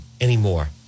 anymore